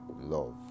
love